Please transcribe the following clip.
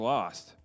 Lost